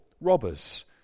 robbers